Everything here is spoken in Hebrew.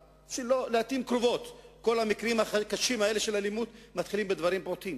לעתים קרובות המקרים הקשים האלה של אלימות מתחילים בדברים פעוטים